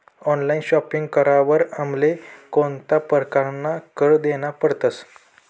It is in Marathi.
ऑनलाइन शॉपिंग करावर आमले कोणता परकारना कर देना पडतस?